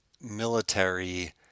military